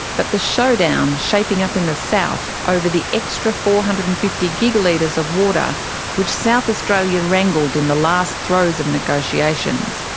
but the showdown shaping up in the south over the extra four hundred and fifty gigalitres of water which south australia wrangled in the last throes of negotiations,